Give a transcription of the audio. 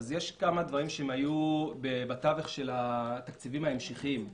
יש כמה דברים שהיו בתווך של התקציבים ההמשכיים.